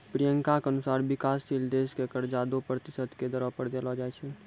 प्रियंका के अनुसार विकाशशील देश क कर्जा दो प्रतिशत के दरो पर देलो जाय छै